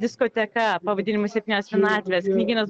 diskoteka pavadinimu septynios vienatvės knygynas